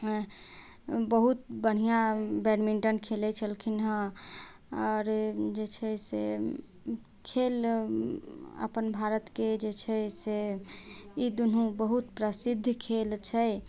बहुत बढ़िआँ बैडमिण्टन खेलैत छलखिन हँ आओर जे छै से खेल अपन भारतके जे छै से ई दूनू बहुत प्रसिद्ध खेल छै